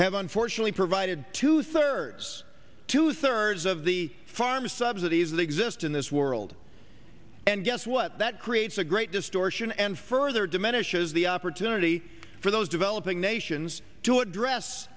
have unfortunately provided to service two thirds of the farm subsidies that exist in this world and guess what that creates a great distortion and further diminishes the opportunity for those developing nations to address